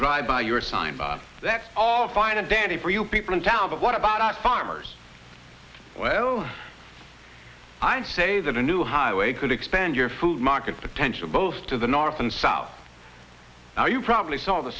drive by your sign that's all fine and dandy for you people in town but what about our farmers well i'd say that a new highway could expand your food market potential both to the north and south now you probably saw the